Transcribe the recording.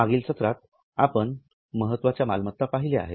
मागील सत्रात आपण महत्वाच्या मालमत्ता पहिल्या आहेत